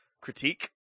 critique